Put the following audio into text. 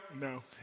No